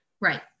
Right